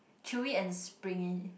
chewy and springy